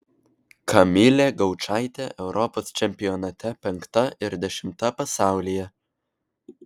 kamilė gaučaitė europos čempionate penkta ir dešimta pasaulyje